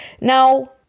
Now